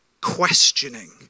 questioning